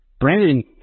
Brandon